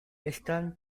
están